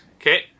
Okay